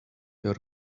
your